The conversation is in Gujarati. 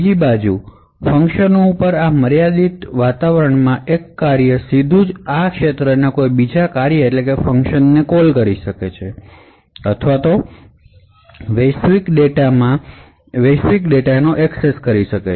બીજી તરફ આ મર્યાદિત ક્ષેત્રમાં એક ફંકશન સીધા જ આ ક્ષેત્રમાં બીજા ફંકશનને કોલ કરી શકે છે અથવા ગ્લોબલ અવકાશમાં ડેટા અથવા હિપનો એક્સેસ કરી શકે છે